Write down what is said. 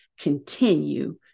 continue